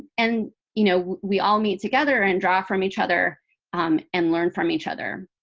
and you know, we all meet together and draw from each other um and learn from each other.